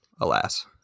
alas